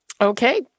Okay